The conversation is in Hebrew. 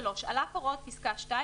(3)על אף הוראות פסקה (2),